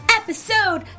episode